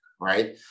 right